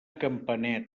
campanet